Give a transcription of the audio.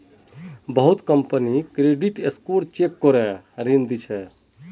बहुत company credit score check करे ऋण दी छेक